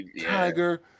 Tiger